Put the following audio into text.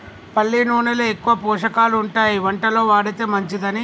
పల్లి నూనెలో ఎక్కువ పోషకాలు ఉంటాయి వంటలో వాడితే మంచిదని